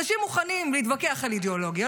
אנשים מוכנים להתווכח על אידיאולוגיה,